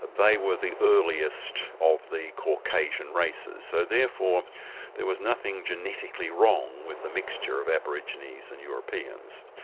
they were the earliest of the caucasian races, so therefore there was nothing genetically wrong with a mixture of aborigines and europeans.